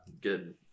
Good